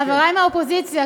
חברי מהאופוזיציה,